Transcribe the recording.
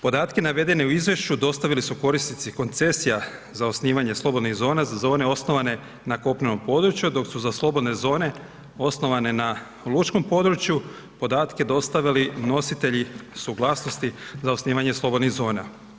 Podaci navedeni u izvješću dostavili su korisnici koncesija za osnivanje slobodnih zona za zone osnovane na kopnenom području, dok su za slobodne zone osnovane na lučkom području podatke dostavili nositelji suglasnosti za zasnivanje slobodnih zona.